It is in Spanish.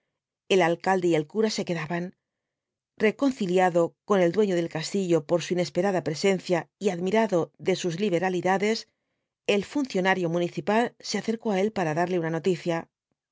el alcalde y el cura se quedaban reconciliado con el dueño del castillo por su inesperada presencia y admirado de sus liberalidades el funcionario municipal se acercó á él para darle una noticia